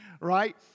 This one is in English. Right